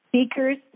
speakers